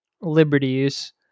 liberties